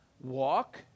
Walk